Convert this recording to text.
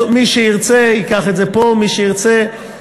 מי שירצה ייקח את זה, ולא